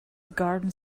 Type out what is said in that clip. garden